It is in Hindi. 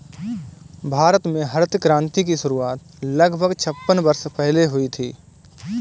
भारत में हरित क्रांति की शुरुआत लगभग छप्पन वर्ष पहले हुई थी